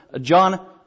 John